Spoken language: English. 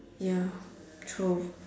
ya true